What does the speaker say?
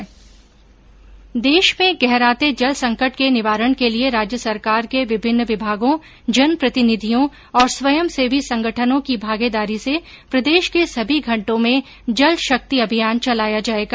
देश में गहराते जल संकट के निवारण के लिए राज्य सरकार के विभिन्न विभागों जनप्रतिनिधियों और स्वयं सेवी संगठनों की भागीदारी से प्रदेश के सभी खंडों में जल शक्ति अभियान चलाया जाएगा